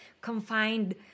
confined